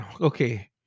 okay